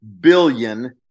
billion